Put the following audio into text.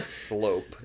slope